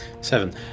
Seven